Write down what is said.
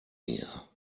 mir